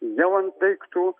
jau ant daiktų